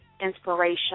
inspiration